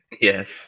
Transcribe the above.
Yes